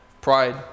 pride